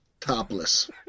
Topless